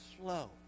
slow